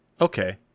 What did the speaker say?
Okay